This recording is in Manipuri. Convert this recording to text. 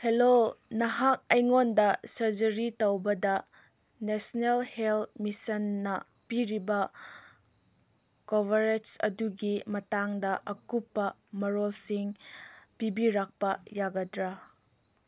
ꯍꯜꯂꯣ ꯅꯍꯥꯛ ꯑꯩꯉꯣꯟꯗ ꯁꯔꯖꯔꯤ ꯇꯧꯕꯗ ꯅꯦꯁꯅꯦꯜ ꯍꯦꯜ ꯃꯤꯁꯟꯅ ꯄꯤꯔꯤꯕ ꯀꯣꯕꯔꯦꯁ ꯑꯗꯨꯒꯤ ꯃꯇꯥꯡꯗ ꯑꯀꯨꯞꯄ ꯃꯔꯣꯜꯁꯤꯡ ꯄꯤꯕꯤꯔꯛꯄ ꯌꯥꯒꯗ꯭ꯔꯥ